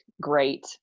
great